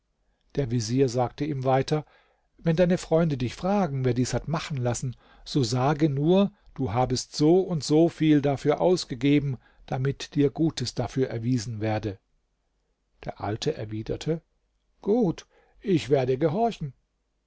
der vezier sagte ihm weiter wenn deine freunde dich fragen wer dies hat machen lassen so sage nur du habest so und so viel dafür ausgegeben damit dir gutes dafür erwiesen werde der alte erwiderte gut ich werde gehorchen